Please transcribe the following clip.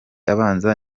abanza